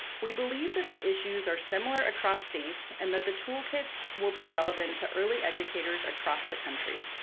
we believe that the issues are similar across states and that the toolkit will be relevant to early educators across the country.